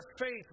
faith